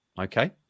Okay